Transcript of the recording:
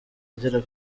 agera